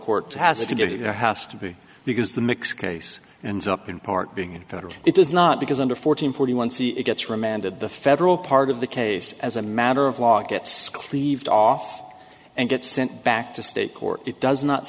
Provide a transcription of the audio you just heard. court has a duty to house to be because the mix case and up in part being in federal it does not because under fourteen forty one c it gets remanded the federal part of the case as a matter of law gets cleaved off and gets sent back to state court it does not